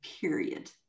Period